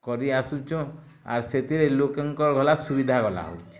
କରି ଆସୁଁଛୁ ଆର ସେଥିରେ ଲୋକଙ୍କର ଗଲା ସୁବିଧା ଗଲା ହେଉଛି